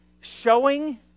showing